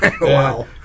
Wow